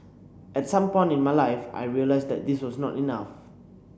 at some point in my life I realised that this was not enough